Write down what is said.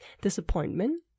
disappointment